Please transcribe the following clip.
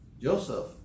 Joseph